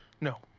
No